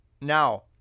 now